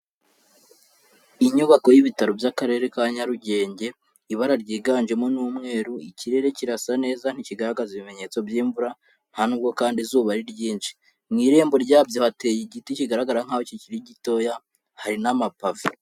Inyubako y'ibitaro by'Akarere ka Nyarugenge, ibara ryiganjemo ni umweru, ikirere kirasa neza ntikigaragaza ibimenyetso by'imvura, nta nubwo kandi izuba ari ryinshi, mu irembo rya byateye igiti kigaragara nkaho kikiri gitoya hari n'amapave.